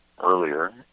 earlier